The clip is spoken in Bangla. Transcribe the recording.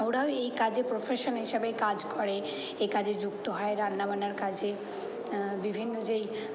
ওরাও এই কাজে প্রফেশান হিসাবে কাজ করে এ কাজে যুক্ত হয় রান্না বান্নার কাজে বিভিন্ন যেই